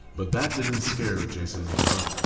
but that didn't scare jason monroe.